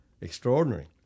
extraordinary